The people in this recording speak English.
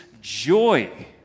joy